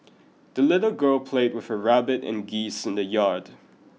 the little girl played with her rabbit and geese in the yard